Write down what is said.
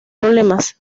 problemas